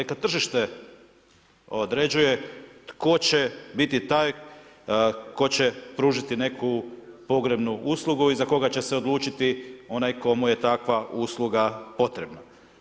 Neka tržište određuje tko će biti taj tko ć pružiti neku pogrebnu uslugu i za koga će se odlučiti onaj kome je takva usluga potrebna.